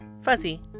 fuzzy